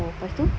oh lepas tu